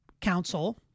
council